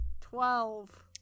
Twelve